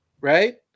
Right